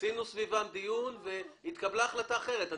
עשינו סביבן דיון והתקבלה החלטה אחרת.